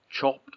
chopped